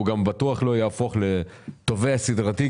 הוא בטח לא יהפוך לתובע סדרתי,